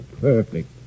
Perfect